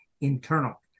internal